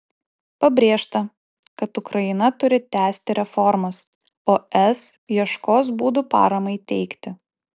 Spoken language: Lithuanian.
pabrėžta kad ukraina turi tęsti reformas o es ieškos būdų paramai teikti